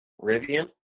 Rivian